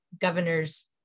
Governor's